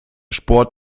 sport